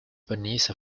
vanessa